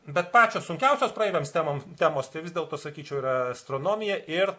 bet pačios sunkiausios praeiviams temoms temos tai vis dėlto sakyčiau yra astronomija ir